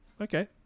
okay